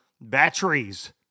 batteries